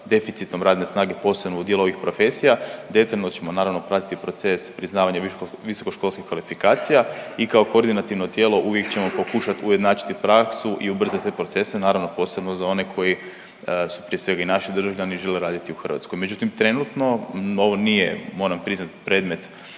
deficitom radne snage posebno u dijelu ovih profesija detaljno ćemo naravno pratiti proces priznavanja visokoškolskih kvalifikacija i kao koordinativno tijelo uvijek ćemo pokušati ujednačiti praksu i ubrzati te procese naravno posebno za one koji su prije svega i naši državljani i žele raditi u Hrvatskoj. Međutim, trenutno ovo nije moram priznati predmet